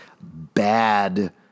bad